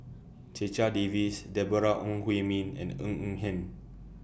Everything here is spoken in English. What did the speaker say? Checha Davies Deborah Ong Hui Min and Ng Eng Hen